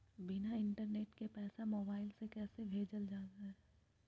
बिना इंटरनेट के पैसा मोबाइल से कैसे भेजल जा है?